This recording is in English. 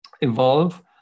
evolve